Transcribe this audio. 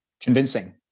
convincing